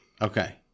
Okay